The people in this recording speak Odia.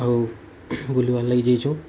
ଆଉ ବୁଲିବାର୍ ଲାଗି ଯେଇଛୁ